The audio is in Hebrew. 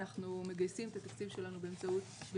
אנחנו מגייסים את התקציב שלנו במלואו